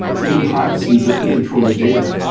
give them privacy, let them control their data,